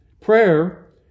prayer